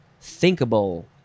thinkable